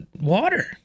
water